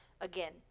again